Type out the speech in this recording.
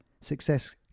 Success